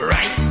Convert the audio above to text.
Right